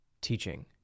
teaching